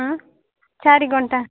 ହଁ ଚାରି ଘଣ୍ଟା